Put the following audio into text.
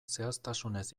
zehaztasunez